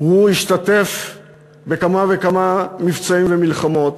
הוא השתתף בכמה וכמה מבצעים ומלחמות,